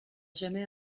jamais